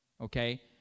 okay